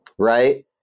right